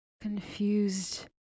confused